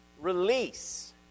release